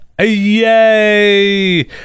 yay